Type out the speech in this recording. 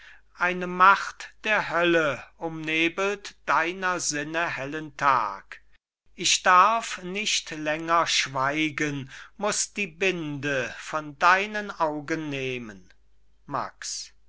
eine macht der hölle umnebelt deiner sinne hellen tag ich darf nicht länger schweigen muß die binde von deinen augen nehmen max